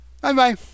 Bye-bye